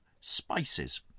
spices